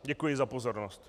Děkuji za pozornost.